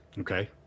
Okay